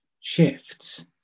shifts